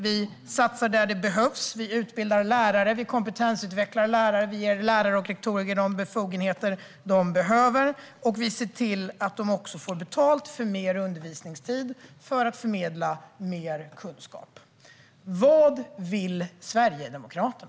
Vi satsar där det behövs, och vi utbildar lärare, vi kompetensutvecklar lärare och vi ger lärare och rektorer de befogenheter de behöver. Vi ser också till att de får betalt för mer undervisningstid för att förmedla mer kunskap. Vad vill Sverigedemokraterna?